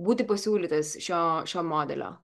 būti pasiūlytas šio šio modelio